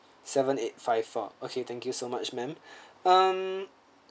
seven eight five four okay thank you so much ma'am um